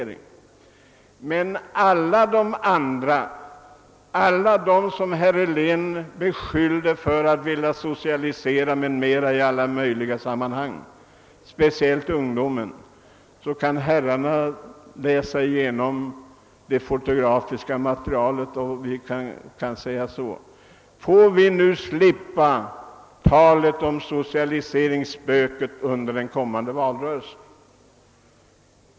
Men alla övriga, som herr Helén beskyllde för att vilja socialisera i alla möjliga sammanhang — speciellt ungdomen — röstade mot grundlagen. Herrarna kan kontrollera detta i det fotografiska materialet. Jag vill därför uttrycka en önskan, att vi får slippa talet om socialiseringsspöket under kommande valrörelse.